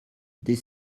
des